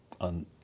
on